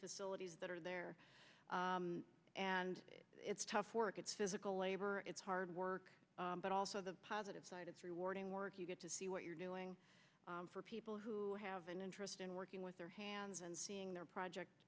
facilities that are there and it's tough work it's physical labor it's hard work but also the positive side it's rewarding work you get to see what you're doing for people who have an interest in working with their hands and seeing their project